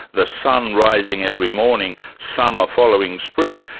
the sun rising every morning, summer following spring,